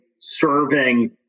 serving